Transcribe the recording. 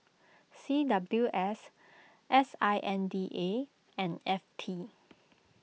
C W S S I N D A and F T